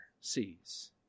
sees